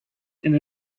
and